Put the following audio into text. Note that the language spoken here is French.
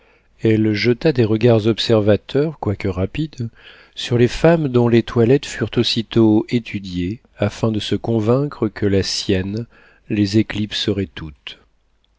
elle jeta des regards observateurs quoique rapides sur les femmes dont les toilettes furent aussitôt étudiées afin de se convaincre que la sienne les éclipserait toutes